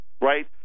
right